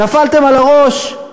נפלתם על הראש?